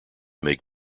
make